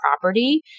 property